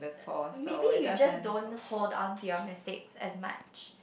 maybe you just don't hold on to your mistakes as much